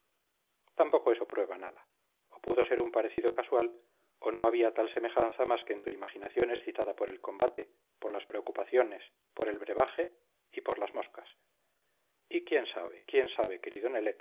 tampoco eso prueba nada o pudo ser un parecido casual o no había tal semejanza más que en tu imaginación excitada por el combate por las preocupaciones por el brebaje y por las moscas y quién sabe quién sabe querido